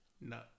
No